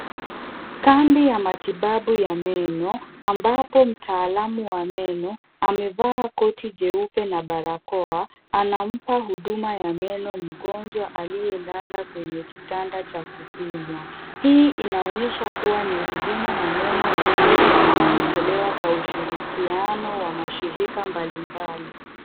Kambi ya matibabu ya meno, ambapo mtalamu wa meno amevaa koti jeupe na barakoa, anampa huduma ya meno mgonjwa aliyelala kwenye kitanda cha kupimwa. Hii inaonyesha kuwa ni huduma ya meno ya bure inayotolewa kwa ushirikiano wa mashirika mbalimbali.